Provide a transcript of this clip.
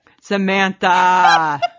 Samantha